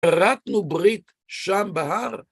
פרטנו ברית שם בהר?